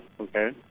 okay